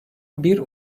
bir